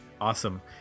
Awesome